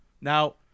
Now